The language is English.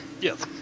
Yes